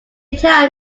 tell